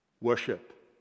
worship